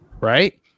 right